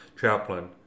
chaplain